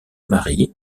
marie